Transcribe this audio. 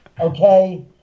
Okay